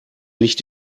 nicht